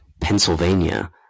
Pennsylvania